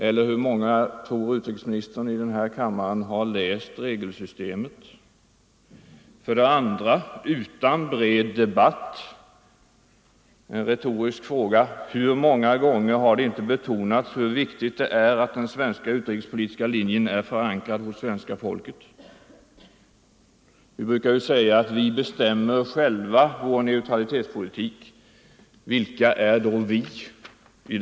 Eller hur många av kammarens ledamöter tror utrikesministern har studerat regelsystemet för ECG? Dessa låsningar har vidare skett utan en bred debatt. En retorisk fråga: Hur många gånger har det inte betonats hur viktigt det är att den svenska utrikespolitiska linjen är förankrad hos svenska folket? Vi brukar ju säga i det att vi själva bestämmer vår neutralitetspolitik. Vilka är då ”vi sammanhanget?